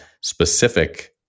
specific